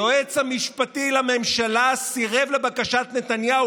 היועץ המשפטי לממשלה סירב לבקשת נתניהו